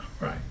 right